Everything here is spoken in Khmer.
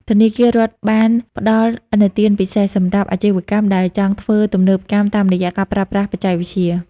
ធនាគាររដ្ឋបានផ្ដល់ឥណទានពិសេសសម្រាប់អាជីវកម្មដែលចង់ធ្វើទំនើបកម្មតាមរយៈការប្រើប្រាស់បច្ចេកវិទ្យា។